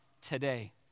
today